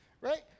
Right